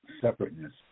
separateness